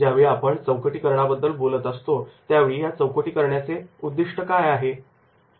ज्यावेळी आपण चौकटी करणा बद्दल बोलत असतो त्यावेळी या चौकटी करण्याचे उद्दिष्ट काय आहे